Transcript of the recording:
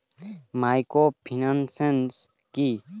Microfinance কি?